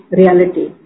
reality